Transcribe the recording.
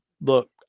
look